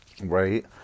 right